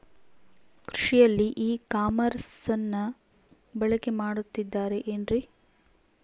ಕೃಷಿಯಲ್ಲಿ ಇ ಕಾಮರ್ಸನ್ನ ಬಳಕೆ ಮಾಡುತ್ತಿದ್ದಾರೆ ಏನ್ರಿ?